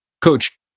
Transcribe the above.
Coach